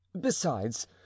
Besides